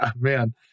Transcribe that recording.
man